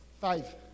Five